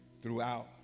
throughout